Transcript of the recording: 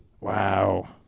Wow